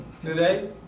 today